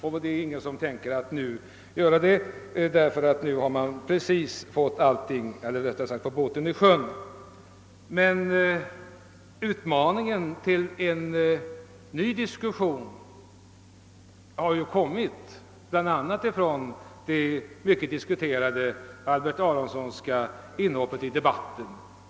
Man vill inte göra sådana ändringar när man just fått båten i sjön. En utmaning till en ny diskussion har emellertid kommit genom det mycket omtalade Aronsonska inhoppet i debatten.